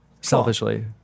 Selfishly